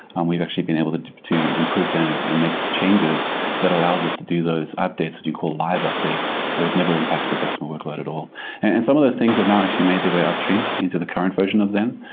and we've actually been able to to improve zen and and make changes that allows us to do those updates what you call live update where it never impacts the customer workload at all and some of those things have now actually made their way upstream into the current version of zen.